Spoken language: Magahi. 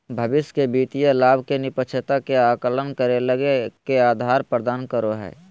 भविष्य के वित्तीय लाभ के निष्पक्षता के आकलन करे ले के आधार प्रदान करो हइ?